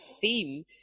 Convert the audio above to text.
theme